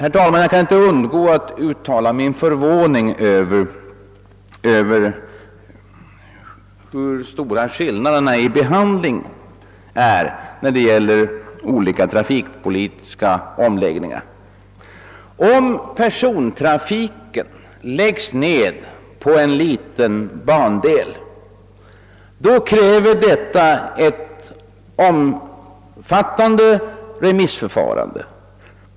Jag kan här inte underlåta att uttala min förvåning över de stora skillnaderna vid behandlingen av trafikomläggningar. Om persontrafiken på en liten bandel lägges ned kräver detta ett omfattande remissförfarande.